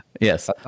yes